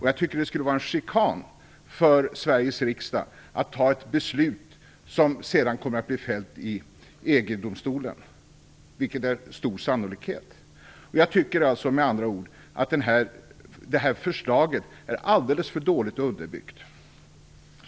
Jag tycker att det skulle vara en chikan för Sveriges riksdag att fatta ett beslut som sedan kommer att bli fällt i EG-domstolen. Sannolikheten är stor för att så kommer att ske. Jag tycker alltså med andra ord att det här förslaget är alldeles för dåligt underbyggt.